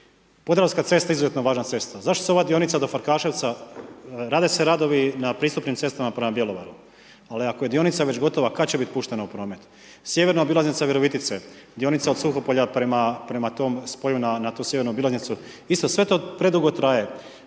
Podravska cesta izuzetno važna cesta, zašto se ova dionica do Farkaševca, rade se radovi na pristupnim cestama prema Bjelovaru, ali ako je dionica već gotova kad će biti puštena u promet? Sjeverna obilaznica Virovitice dionica od Suhopolja prema tom spoju na tu sjevernu obilaznicu isto, sve to predugo traje